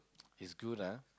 it's good lah